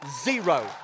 Zero